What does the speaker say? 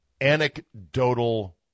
anecdotal